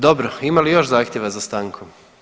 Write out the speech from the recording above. Dobro, ima li još zahtjeva za stankom?